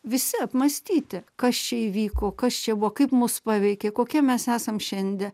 visi apmąstyti kas čia įvyko kas čia buvo kaip mus paveikė kokie mes esam šiandie